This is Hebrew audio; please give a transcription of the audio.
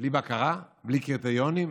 בלי בקרה, בלי קריטריונים,